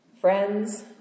Friends